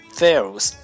fails